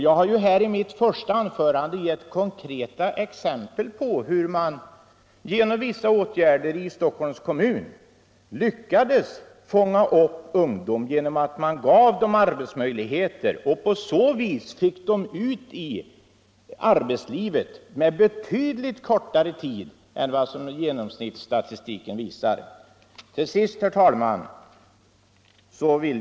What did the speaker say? Jag har i mitt första anförande givit konkreta exempel på hur man genom vissa åtgärder i Stockholms kommun har lyckats fånga upp ungdomar genom att man gav dem arbetsmöjligheter och på så sätt fick ut dem i arbetslivet på betydligt kortare tid än genomsnittsstatistiken visar.